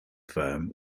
firm